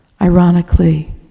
Ironically